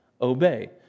obey